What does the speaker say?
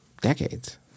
decades